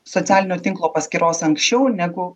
socialinio tinklo paskyros anksčiau negu